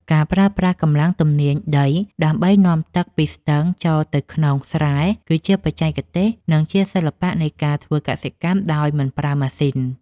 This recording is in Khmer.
ការប្រើប្រាស់កម្លាំងទំនាញដីដើម្បីនាំទឹកពីស្ទឹងចូលទៅក្នុងស្រែគឺជាបច្ចេកទេស និងជាសិល្បៈនៃការធ្វើកសិកម្មដោយមិនប្រើម៉ាស៊ីន។